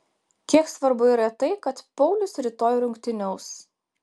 kiek svarbu yra tai kad paulius rytoj rungtyniaus